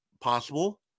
possible